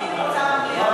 אני רוצה מליאה.